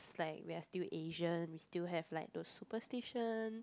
it's like we're still Asian we still have like those superstition